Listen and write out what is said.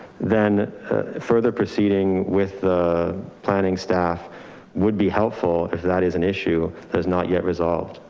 then further proceeding with the planning staff would be helpful if that is an issue that is not yet resolved.